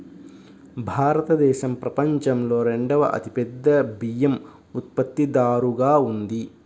భారతదేశం ప్రపంచంలో రెండవ అతిపెద్ద బియ్యం ఉత్పత్తిదారుగా ఉంది